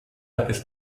ist